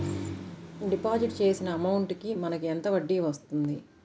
Deposit చేసిన amount కి మనకి ఎంత వడ్డీ వస్తుంది?